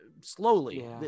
slowly